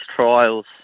trials